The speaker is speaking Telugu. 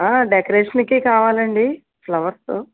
ఆ డెకరేషన్కి కావాలండి ఫ్లవర్సు